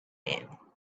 mean